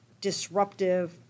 disruptive